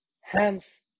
Hence